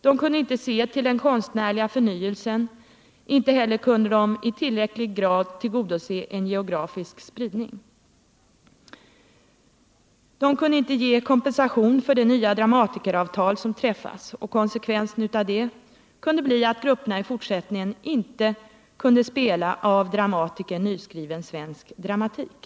De kunde inte i tillräcklig grad se till den konstnärliga förnyelsen och inte heller i tillräcklig utsträckning tillgodose en geografisk spridning. De fick vidare ingen kompensation för det nya dramatikeravtal som hade träffats. Konsekvensen av det kunde bli att grupperna i fortsättningen inte skulle kunna spela nyskriven svensk dramatik.